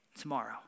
tomorrow